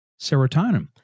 serotonin